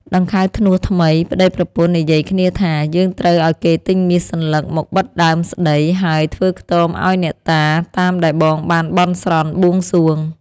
ដង្ខៅធ្នស់ថ្មី (ប្តីប្រពន្ធ) និយាយគ្នាថា "យើងត្រូវឲ្យគេទិញមាសសន្លឹកមកបិទដើមស្ដី ហើយធ្វើខ្ទមឲ្យអ្នកតា តាមដែលបងបានបន់ស្រន់បួងសួង” ។